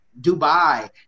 Dubai